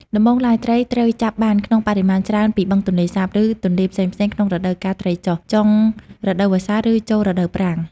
ដំបូងឡើយ ត្រីត្រូវចាប់បានក្នុងបរិមាណច្រើនពីបឹងទន្លេសាប ឬទន្លេផ្សេងៗក្នុងរដូវកាលត្រីចុះ ចុងរដូវវស្សា ឬចូលរដូវប្រាំង។